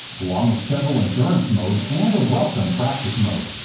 along with several endurance modes and a welcome practice mode.